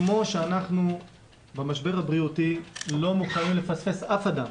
כמו שאנחנו במשבר הבריאותי לא מוכנים לפספס אף אדם